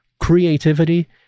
Creativity